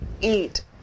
eat